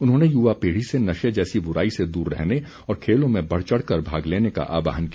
उन्होंने युवा पीढ़ी से नशे जैसी बुराई से दूर रहने और खेलों में बढ़चढ़ कर भाग लेने का आहवान किया